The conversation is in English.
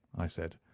i said.